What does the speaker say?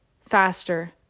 faster